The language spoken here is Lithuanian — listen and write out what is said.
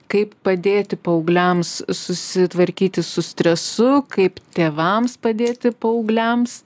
kaip padėti paaugliams susitvarkyti su stresu kaip tėvams padėti paaugliams